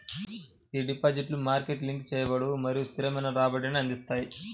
ఈ డిపాజిట్లు market link చేయబడవు మరియు స్థిరమైన రాబడిని అందిస్తాయి